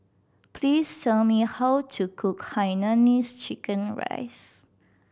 please tell me how to cook hainanese chicken rice